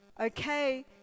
Okay